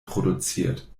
produziert